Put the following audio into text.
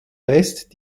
best